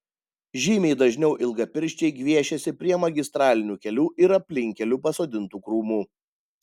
žymiai dažniau ilgapirščiai gviešiasi prie magistralinių kelių ir aplinkkelių pasodintų krūmų